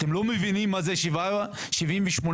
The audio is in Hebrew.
אתם לא מבינים מה זה 78 הרוגים?